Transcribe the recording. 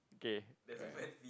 okay